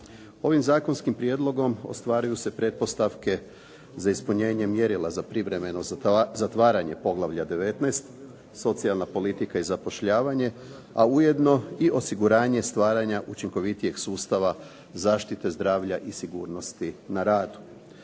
Ovim zakonskim prijedlogom ostvaruju se pretpostavke za ispunjenje mjerila za privremeno zatvaranje poglavlja 19. "Socijalna politika i zapošljavanje", a ujedno i osiguranje stvaranja učinkovitijeg sustava zaštite zdravlja i sigurnosti na radu.